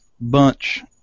bunch